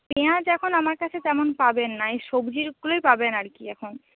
পেঁয়াজ এখন আমার কাছে তেমন পাবেন না এই সবজিগুলোই পাবেন আর কি এখন